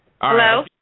Hello